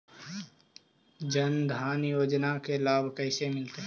जन धान योजना के लाभ कैसे मिलतै?